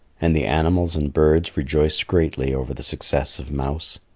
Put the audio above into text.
and the animals and birds rejoiced greatly over the success of mouse.